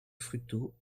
fruteau